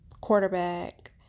quarterback